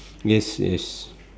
yes yes